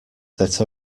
that